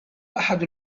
أحد